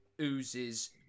oozes